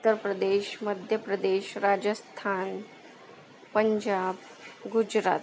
Uttar Pradesh Madhya Pradesh Rajasthan Punjab Gujarat